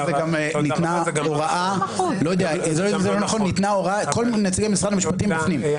וגם ניתנה הוראה להכניס את נציגי משרד המשפטים פנימה.